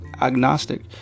agnostic